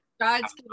God's